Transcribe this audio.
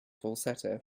falsetto